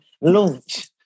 launch